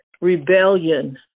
rebellion